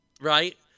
Right